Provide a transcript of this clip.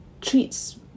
treats